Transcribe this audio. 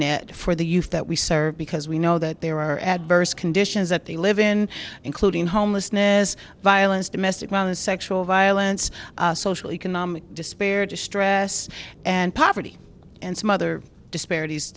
net for the youth that we serve because we know that there are adverse conditions that they live in including homelessness violence domestic violence sexual violence social economic despair distress and poverty and some other disparities